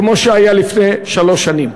כמו שהיה לפני שלוש שנים.